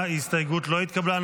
ההסתייגות לא התקבלה.